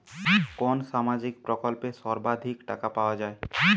কোন সামাজিক প্রকল্পে সর্বাধিক টাকা পাওয়া য়ায়?